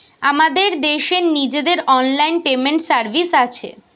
আমাদের দেশের নিজেদের অনলাইন পেমেন্ট সার্ভিস আছে